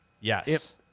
Yes